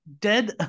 Dead